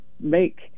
make